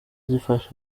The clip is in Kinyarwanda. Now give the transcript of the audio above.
zifasha